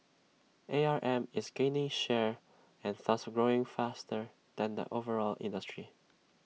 A R M is gaining share and thus grows faster than the overall industry